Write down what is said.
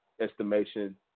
estimation